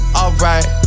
alright